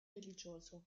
religioso